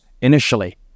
initially